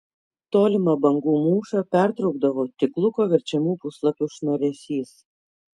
tolimą bangų mūšą pertraukdavo tik luko verčiamų puslapių šnaresys